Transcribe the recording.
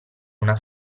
una